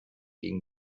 gegen